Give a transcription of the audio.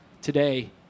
today